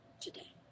today